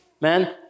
Man